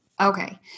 Okay